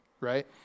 right